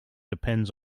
depends